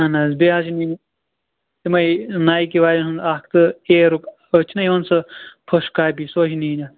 اَہَن حظ بیٚیہِ حظ چھِ نِنۍ یِمَے نایکی والٮ۪ن ہُنٛد اَکھ تہٕ ایرُک أتھۍ چھِنا یِوان سُہ فٔسٹ کاپی سۅے چھِ نِنۍ اَکھ